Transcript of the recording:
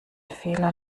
fehler